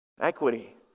equity